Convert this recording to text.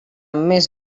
més